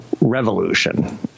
revolution